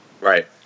right